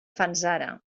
fanzara